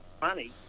money